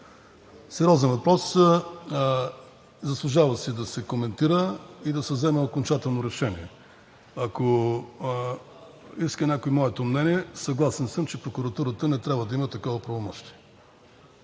Сериозен въпрос! Заслужава си да се коментира и да се вземе окончателно решение. Ако иска някой моето мнение – съгласен съм, че прокуратурата не трябва да има такова правомощие.